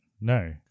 No